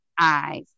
eyes